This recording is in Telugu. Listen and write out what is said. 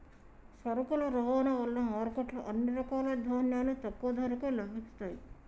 సరుకుల రవాణా వలన మార్కెట్ లో అన్ని రకాల ధాన్యాలు తక్కువ ధరకే లభిస్తయ్యి